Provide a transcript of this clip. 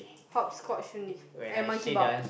hopscotch only and Monkey Bar